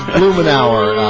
and here with our